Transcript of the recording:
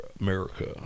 America